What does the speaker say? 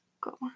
go